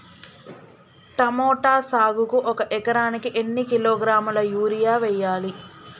Tomato సాగుకు ఒక ఎకరానికి ఎన్ని కిలోగ్రాముల యూరియా వెయ్యాలి?